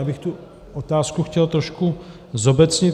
Já bych tu otázku chtěl trošku zobecnit.